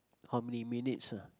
how many minutes ah